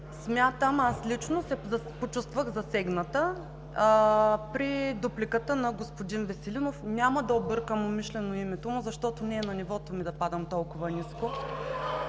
Аз лично се почувствах засегната при дупликата на господин Веселинов – няма да объркам умишлено името му, защото не е на нивото ми да падам толкова ниско.